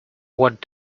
what